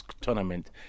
tournament